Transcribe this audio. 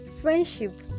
friendship